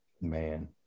Man